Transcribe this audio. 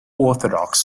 orthodox